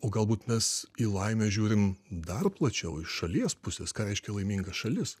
o galbūt mes į laimę žiūrim dar plačiau iš šalies pusės ką reiškia laiminga šalis